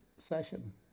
session